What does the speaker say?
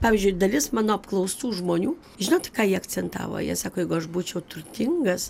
pavyzdžiui ir dalis mano apklaustų žmonių žinot ką jie akcentavo jie sako jeigu aš būčiau turtingas